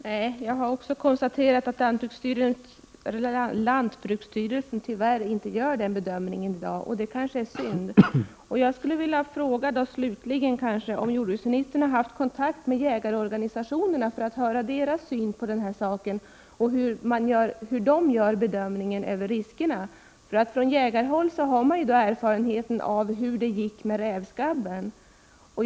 Herr talman! Jag har också konstaterat att lantbruksstyrelsen tyvärr inte gör den bedömningen i dag. Det är kanske synd. Slutligen vill jag fråga om jordbruksministern har haft kontakt med jägarorganisationerna för att höra deras syn på saken och hur de bedömer riskerna. Från jägarhåll har man erfarenheter av hur det gick med rävskabben.